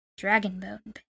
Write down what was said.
Dragonbone